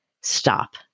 stop